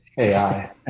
AI